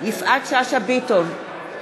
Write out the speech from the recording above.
יפעת שאשא ביטון,